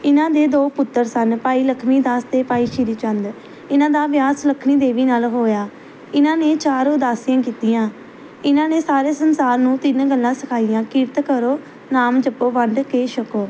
ਇਹਨਾਂ ਦੇ ਦੋ ਪੁੱਤਰ ਸਨ ਭਾਈ ਲਖਮੀ ਦਾਸ ਅਤੇ ਭਾਈ ਸ਼੍ਰੀ ਚੰਦ ਇਹਨਾਂ ਦਾ ਵਿਆਹ ਸੁਲੱਖਣੀ ਦੇਵੀ ਨਾਲ ਹੋਇਆ ਇਹਨਾਂ ਨੇ ਚਾਰ ਉਦਾਸੀਆਂ ਕੀਤੀਆਂ ਇਹਨਾਂ ਨੇ ਸਾਰੇ ਸੰਸਾਰ ਨੂੰ ਤਿੰਨ ਗੱਲਾਂ ਸਿਖਾਈਆਂ ਕਿਰਤ ਕਰੋ ਨਾਮ ਜਪੋ ਵੰਡ ਕੇ ਛਕੋ